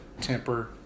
temper